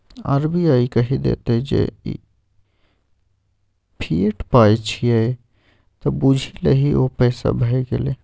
RBI कहि देतौ जे ई फिएट पाय छियै त बुझि लही ओ पैसे भए गेलै